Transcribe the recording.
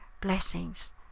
Blessings